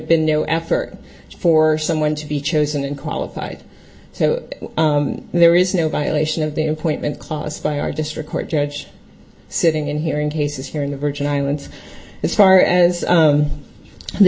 been no effort for someone to be chosen and qualified so there is no violation of the appointment clause by our district court judge sitting in here and cases here in the virgin islands as far as